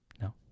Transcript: No